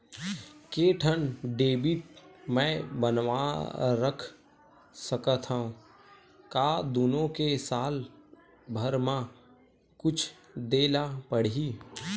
के ठन डेबिट मैं बनवा रख सकथव? का दुनो के साल भर मा कुछ दे ला पड़ही?